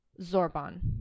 Zorban